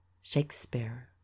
Shakespeare